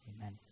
amen